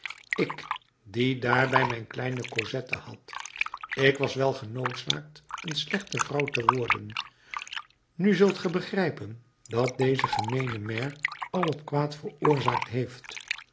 ik die daarbij mijn kleine cosette had ik was wel genoodzaakt een slechte vrouw te worden nu zult ge begrijpen dat deze gemeene maire al het kwaad veroorzaakt heeft